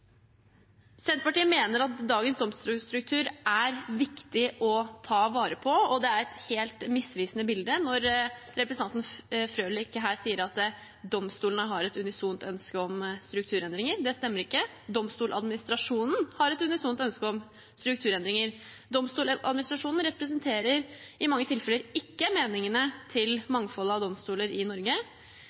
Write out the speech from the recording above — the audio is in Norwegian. Senterpartiet mener at det er viktig å ta vare på dagens domstolsstruktur. Det er et helt misvisende bilde når representanten Frølich her sier at domstolene har et unisont ønske om strukturendringer. Det stemmer ikke. Domstoladministrasjonen har et unisont ønske om strukturendringer. Domstoladministrasjonen representerer i mange tilfeller ikke meningene til mangfoldet av domstoler i Norge.